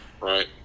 Right